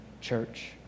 church